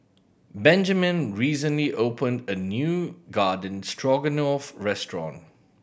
Benjamine recently opened a new Garden Stroganoff restaurant